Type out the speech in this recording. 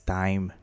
time